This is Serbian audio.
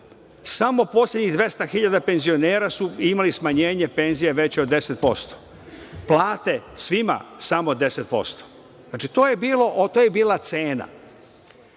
Samo poslednjih 200.000 penzionera su imali smanjenje penzija veće od 10%. Plate svima samo 10%. To je bila cena. Šta